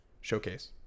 Showcase